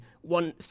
One